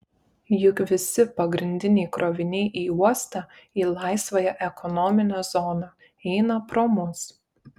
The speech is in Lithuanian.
juk visi pagrindiniai kroviniai į uostą į laisvąją ekonominę zoną eina pro mus